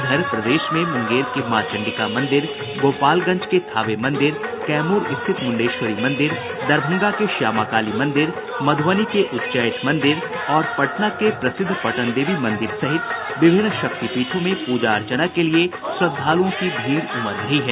इधर प्रदेश में मुंगेर के मां चंडिका मंदिर गोपालगंज के थावे मंदिर कैमूर स्थित मुंडेश्वरी मंदिर दरभंगा के श्यामाकाली मंदिर मधुबनी के उच्चैठ मंदिर और पटना के प्रसिद्ध पटनदेवी मंदिर सहित विभिन्न शक्तिपीठों में प्रजा अर्चना के लिये श्रद्दालुओं की भीड़ उमड़ रही है